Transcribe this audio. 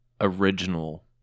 original